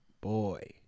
boy